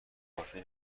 کافی